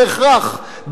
בהכרח,